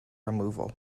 removal